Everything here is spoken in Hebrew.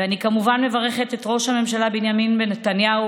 ואני כמובן מברכת את ראש הממשלה בנימין נתניהו